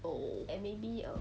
oh